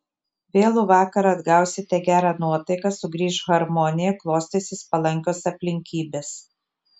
vėlų vakarą atgausite gerą nuotaiką sugrįš harmonija klostysis palankios aplinkybės